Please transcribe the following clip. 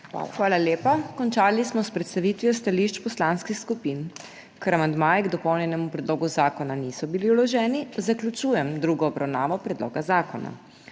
Hvala lepa. Končali smo s predstavitvijo stališč poslanskih skupin. Ker amandmaji k dopolnjenemu predlogu zakona niso bili vloženi, zaključujem drugo obravnavo predloga zakona.